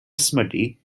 ysmygu